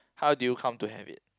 how did you come to have it